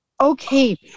Okay